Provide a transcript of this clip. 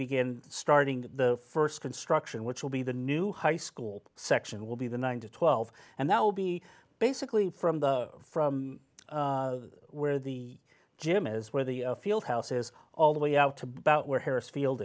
begin starting the first construction which will be the new high school section will be the nine to twelve and that will be basically from the from where the gym is where the field house is all the way out to about where harris field